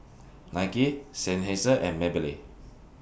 Nike Seinheiser and Maybelline